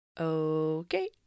Okay